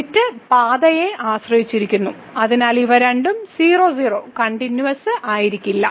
limit പാതയെ ആശ്രയിച്ചിരിക്കുന്നു അതിനാൽ ഇവ രണ്ടും 0 0 കണ്ടിന്യൂവസ്സായിരിക്കില്ല